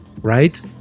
right